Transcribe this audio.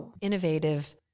innovative